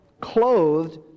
Clothed